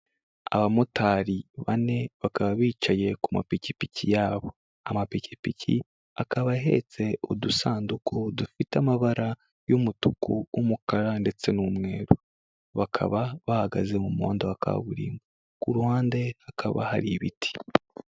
Abamotari bane bakaba bicaye ku mapikipiki yabo. Amapikipiki akaba ahetse udusanduku dufite amabara y'umutuku, umukara ndetse n'umweru. Bakaba bahagaze mu muhanda wa kaburimbo, ku ruhande hakaba hari ibiti.